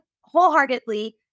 wholeheartedly